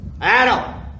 Adam